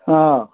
ஆ